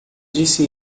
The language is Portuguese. disse